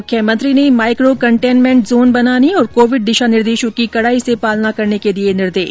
मुख्यमंत्री ने micro containment zone बनाने और कोविड दिशा निर्देशों की कड़ाई से पालना करने के दिए निर्देश